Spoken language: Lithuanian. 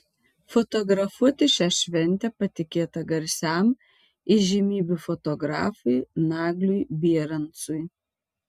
fotografuoti šią šventę patikėta garsiam įžymybių fotografui nagliui bierancui